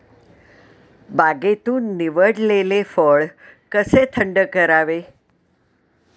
बागेतून निवडलेले फळ कसे थंड करावे?